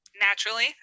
naturally